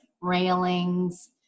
railings